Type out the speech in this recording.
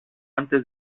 antes